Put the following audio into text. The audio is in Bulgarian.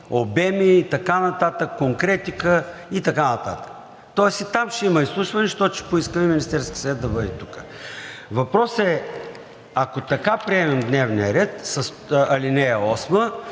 обеми, конкретика и така нататък. Тоест и там ще има изслушване, защото ще поискаме Министерският съвет да бъде тук. Въпросът е, ако така приемем дневния ред – с ал. 8,